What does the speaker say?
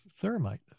thermite